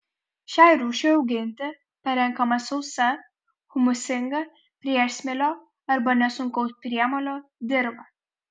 šiai rūšiai auginti parenkama sausa humusingą priesmėlio arba nesunkaus priemolio dirva